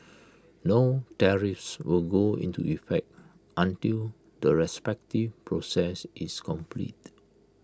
no tariffs will go into effect until the respective process is complete